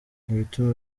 ibituma